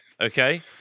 Okay